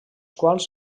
quals